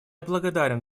благодарен